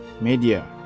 media